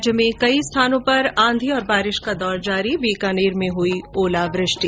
राज्य में कई स्थानों पर आंधी और बारिश का दौर जारी बीकानेर जिले में हई ओलावृष्टि